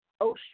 ocean